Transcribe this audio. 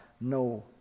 no